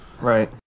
Right